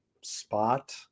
spot